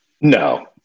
No